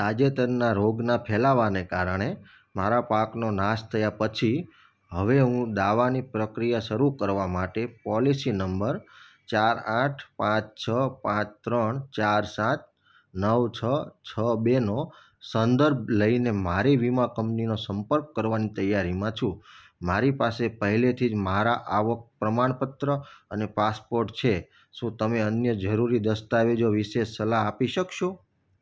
તાજેતરના રોગના ફેલાવાને કારણે મારા પાકનો નાશ થયા પછી હવે હું દાવાની પ્રક્રિયા શરૂ કરવા માટે પોલિસી નંબર ચાર આઠ પાંચ છ પાંચ ત્રણ ચાર સાત નવ છ છ બેનો સંદર્ભ લઈને મારી વીમા કંપનીનો સંપર્ક કરવાની તૈયારીમાં છું મારી પાસે પહેલેથી જ મારા આવક પ્રમાણપત્ર અને પાસપોર્ટ છે શું તમે અન્ય જરૂરી દસ્તાવેજો વિશે સલાહ આપી શકશો